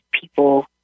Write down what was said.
people